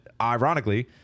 ironically